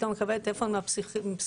פתאום מקבלת טלפון מפסיכולוג.